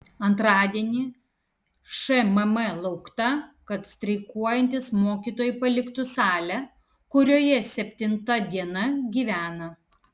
antradienį šmm laukta kad streikuojantys mokytojai paliktų salę kurioje septinta diena gyvena